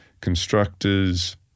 constructors